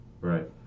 right